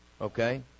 Okay